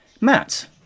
Matt